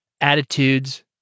attitudes